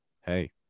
hey